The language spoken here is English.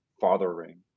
fathering